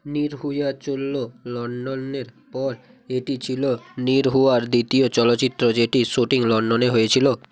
নিরহুয়া চললো লন্ডনের পথে এটি ছিলো নিরহুয়ার দ্বিতীয় চলচিত্র যেটির শুটিং লন্ডনে হয়েছিলো